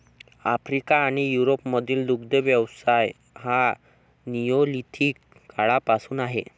Africa आणि युरोपमधील दुग्ध व्यवसाय हा निओलिथिक काळापासूनचा आहे